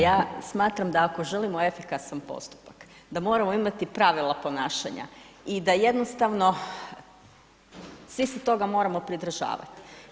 Ja smatram da ako želimo efikasan postupak, da moramo imati pravila ponašanja i da jednostavno svi se toga moramo pridržavati.